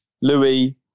Louis